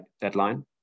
deadline